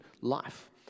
life